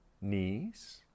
knees